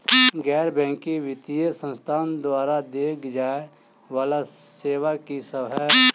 गैर बैंकिंग वित्तीय संस्थान द्वारा देय जाए वला सेवा की सब है?